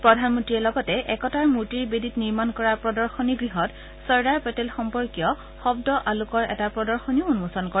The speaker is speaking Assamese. প্ৰধানমন্তীয়ে লগতে একতাৰ মূৰ্তিৰ বেদীত নিৰ্মাণ কৰা প্ৰদশনী গৃহত চৰ্দাৰ পেটেল সম্পৰ্কীয় শব্দ আলোকৰ এটা প্ৰদশনীও উন্মোচন কৰে